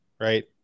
right